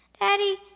Daddy